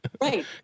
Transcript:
Right